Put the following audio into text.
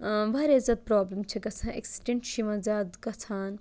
واریاہ زیادٕ پرٛابلِم چھِ گژھان اٮ۪کسِڈٮ۪نٛٹ چھِ یِوان زیادٕ گژھان